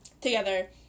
together